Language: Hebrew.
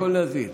הכול נזיל.